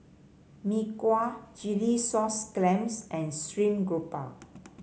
Mee Kuah Chilli Sauce Clams and stream grouper